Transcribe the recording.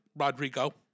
Rodrigo